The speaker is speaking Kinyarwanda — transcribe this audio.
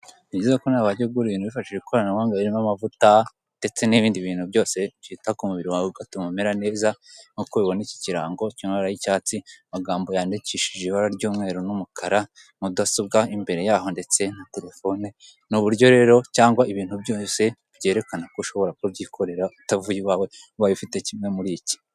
Nizere ko nawe wajya ugura ibintu wifashishije ikoranabuhanga birimo amavuta ndetse n'ibindi bintu byose byita ku mubiri ugatuma umera neza, nk'uko ubibona iki kirango kiri mu mabara y'icyatsi amagambo yandikishije ibara ry'umweru n'umukara mudasobwa imbere yaho ndetse na terefone ni uburyo rero cyangwa ibintu byose byerekana ko ushobora kubyikorera utavuye iwawe ubaye ufite kimwe muri iki.